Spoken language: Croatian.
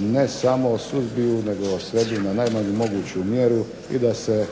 ne samo suzbiju, nego svedu i na najmanju moguću mjeru i da se